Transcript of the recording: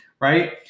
right